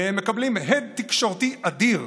מקבלים הד תקשורתי אדיר,